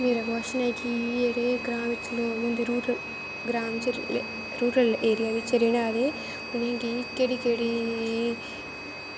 मेरा कवाशन ऐ कि जेह्ड़े ग्रांऽ बिच्च लोग रैंह्दे रूरल